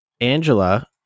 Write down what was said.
Angela